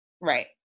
Right